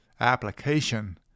application